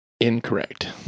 Incorrect